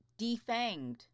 defanged